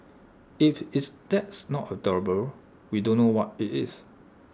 if is that's not adorable we don't know what IT is